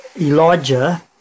Elijah